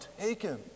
taken